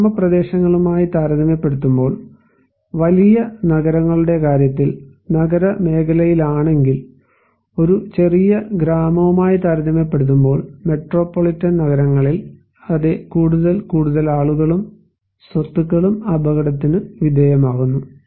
ഗ്രാമപ്രദേശങ്ങളുമായി താരതമ്യപ്പെടുത്തുമ്പോൾ വലിയ നഗരങ്ങളുടെ കാര്യത്തിൽ നഗരമേഖലയിലാണെങ്കിൽ ഒരു ചെറിയ ഗ്രാമവുമായി താരതമ്യപ്പെടുത്തുമ്പോൾ മെട്രോപൊളിറ്റൻ നഗരങ്ങളിൽ അതെ കൂടുതൽ കൂടുതൽ ആളുകളും സ്വത്തുക്കളും അപകടത്തിന് വിധേയമാകുന്നു